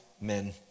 men